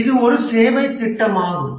இது ஒரு சேவை திட்டமாகும்